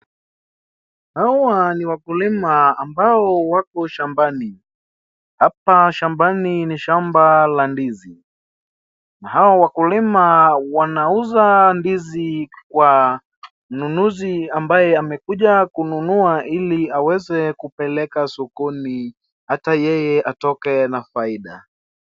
Hawa ni wakulima ambao wako shambani. Hapa shambani ni shamba la ndizi. Hawa wakulima wanauza ndizi kwa mnunuzi ambaye amekuja kununua ili aweze kupeleke sokoni hata yeye atoke na faida.